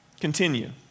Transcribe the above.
Continue